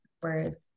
Whereas